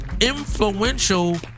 influential